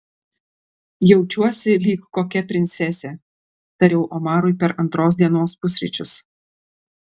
jaučiuosi lyg kokia princesė tariau omarui per antros dienos pusryčius